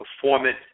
performance